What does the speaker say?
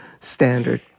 standard